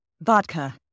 vodka